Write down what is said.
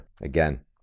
Again